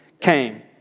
came